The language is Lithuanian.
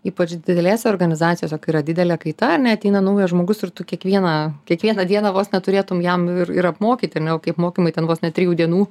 ypač didelėse organizacijose kai yra didelė kaita ar ne ateina naujas žmogus ir tu kiekvieną kiekvieną dieną vos neturėtum jam ir ir apmokyti ar ne o kai apmokymai ten vos ne trijų dienų